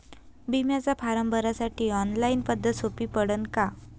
बिम्याचा फारम भरासाठी ऑनलाईन पद्धत सोपी पडन का?